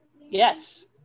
Yes